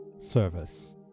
service